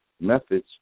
methods